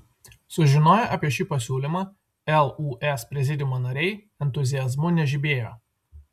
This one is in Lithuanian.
sužinoję apie šį pasiūlymą lūs prezidiumo nariai entuziazmu nežibėjo